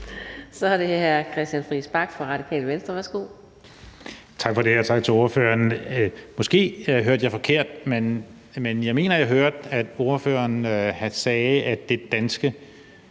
Kl. 18:47 Christian Friis Bach (RV): Tak for det, og tak til ordføreren. Måske hørte jeg forkert, men jeg mener, at jeg hørte, at ordføreren sagde, at det danske